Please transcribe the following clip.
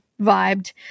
vibed